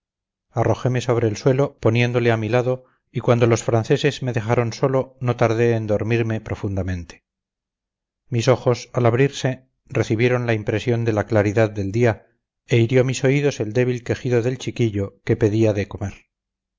arrojeme sobre el suelo poniéndole a mi lado y cuando los franceses me dejaron solo no tardé en dormirme profundamente mis ojos al abrirse recibieron la impresión de la claridad del día e hirió mis oídos el débil quejido del chiquillo que pedía